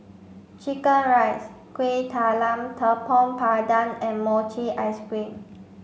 chicken rice Kueh Talam Tepong Pandan and Mochi ice cream